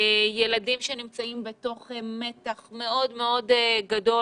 ילדים שנמצאים בתוך מתח מאוד מאוד גדול